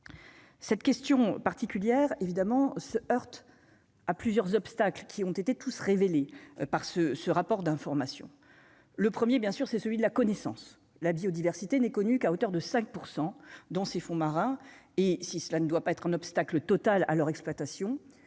cette question particulière évidemment se heurte à plusieurs obstacles qui ont été tous révélés par ce ce rapport d'information : le premier, bien sûr, c'est celui de la connaissance, la biodiversité n'est connu qu'à hauteur de 5 % dans ses fonds marins et si cela ne doit pas être un obstacle total à leur exploitation,